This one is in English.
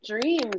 dreams